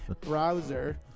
browser